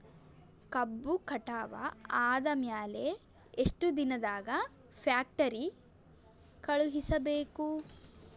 ಕಬ್ಬು ಕಟಾವ ಆದ ಮ್ಯಾಲೆ ಎಷ್ಟು ದಿನದಾಗ ಫ್ಯಾಕ್ಟರಿ ಕಳುಹಿಸಬೇಕು?